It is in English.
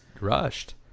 rushed